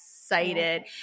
excited